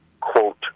quote